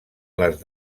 les